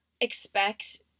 expect